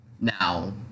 Now